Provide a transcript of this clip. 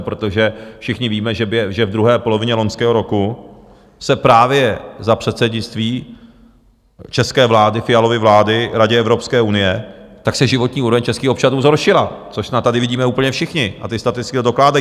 Protože všichni víme, že v druhé polovině loňského roku se právě za předsednictví české vlády, Fialovy vlády, v Radě Evropské unie, se životní úroveň českých občanů zhoršila, což snad tady vidíme úplně všichni a ty statistiky to dokládají.